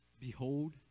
Behold